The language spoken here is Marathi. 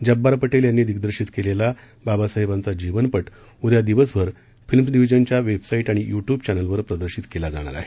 जब्बार पटेल यांनी दिग्दर्शित केलेला बाबासाहेबांचा जीवनपट उद्या दिवसभर फिल्म्स डिव्हीजनच्या वेबसाईट आणि युट्युब चक्रिवर प्रदर्शित केला जाणार आहे